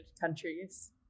countries